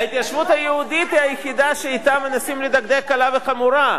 ההתיישבות היהודית היא היחידה שאתם מנסים לדקדק קלה כחמורה.